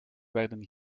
werden